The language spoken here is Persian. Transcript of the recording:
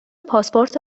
پاسپورت